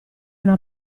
una